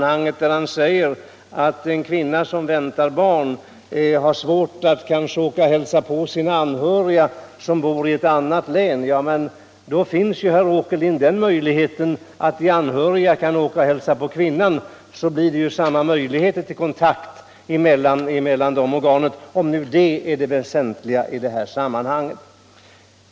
Han sade att en kvinna som väntar barn kanske har svårt att hälsa på sina anhöriga i ett annat län. Men då får väl de anhöriga resa och hälsa på kvinnan. Det ger ju samma möjligheter till kontakt, om nu det är det väsentliga i sammanhaneget.